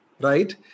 Right